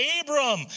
Abram